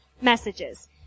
messages